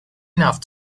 enough